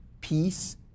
peace